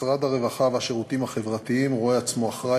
משרד הרווחה והשירותים החברתיים רואה עצמו אחראי